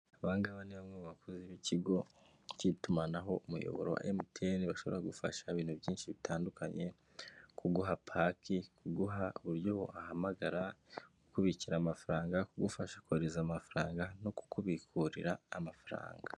Aba ngaba ni bamwe mu bakozi b'ikigo cy'itumanaho umuyoboro wa MTN, bashobora kugufasha ibintu byinshi bitandukanye, kuguha paki, kuguha uburyo wahamagara, kukubikira amafaranga yo kugufasha, kohereza amafaranga no kukubikurira amafaranga.